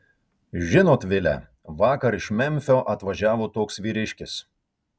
žinot vile vakar iš memfio atvažiavo toks vyriškis